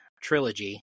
Trilogy